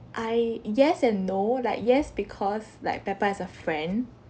I yes and no like yes because like pepper has a friend